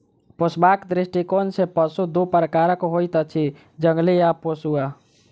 पोसबाक दृष्टिकोण सॅ पशु दू प्रकारक होइत अछि, जंगली आ पोसुआ